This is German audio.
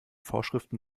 vorschriften